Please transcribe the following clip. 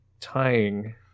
tying